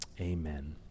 amen